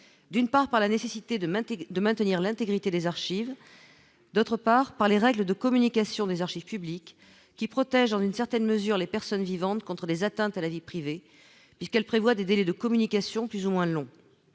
d'une part par la nécessité de maintenir de maintenir l'intégrité des archives, d'autre part par les règles de communication des archives publiques qui protège dans une certaine mesure, les personnes vivantes contre les atteintes à la vie privée, puisqu'elle prévoit des délais de communication plus ou moins long